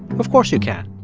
of course you can.